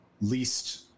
least